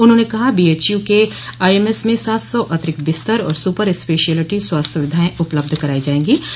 उन्होंने कहा बीएचयू के आईएमएस में सात सौ अतिरिक्त बिस्तर और सुपर स्पेशिलिटी स्वास्थ्य सुविधाएं उपलब्ध कराई जाएंगीं